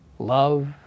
love